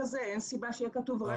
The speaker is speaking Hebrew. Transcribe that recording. אין לנו דרך לאכוף או לוודא דבר כזה.